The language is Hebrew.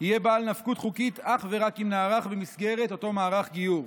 יהיה בעל נפקות חוקית אך ורק אם נערך במסגרת אותו מערך גיור.